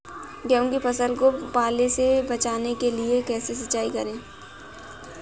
गेहूँ की फसल को पाले से बचाने के लिए कैसे सिंचाई करें?